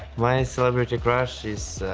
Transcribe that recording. my celebrity crush is